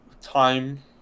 time